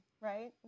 right